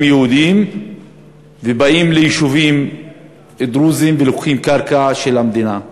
יהודיים ובאים ליישובים דרוזיים ולוקחים קרקע של המדינה.